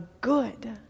good